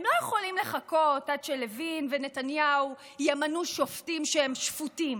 הם לא יכולים לחכות עד שלוין ונתניהו ימנו שופטים שהם שפוטים